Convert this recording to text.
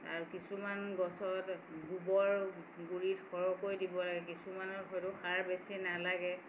আৰু কিছুমান গছত গোবৰ গুৰিত সৰহকৈ দিব লাগে কিছুমানৰ হয়তো সাৰ বেছি নালাগে